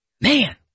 Man